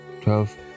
twelve